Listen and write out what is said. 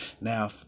now